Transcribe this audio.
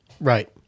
Right